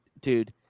dude